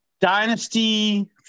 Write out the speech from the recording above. dynasty